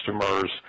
customers